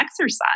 exercise